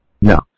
No